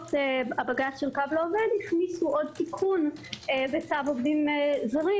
בעקבות הבג"ץ של "קו לעובד" הכניסו עוד תיקון בצו עובדים זרים